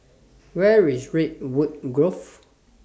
Where IS Redwood Grove